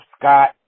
Scott